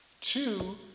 Two